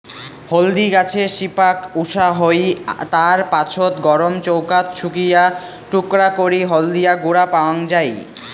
হলদি গছের শিপাক উষা হই, তার পাছত গরম চৌকাত শুকিয়া টুকরা করি হলদিয়া গুঁড়া পাওয়াং যাই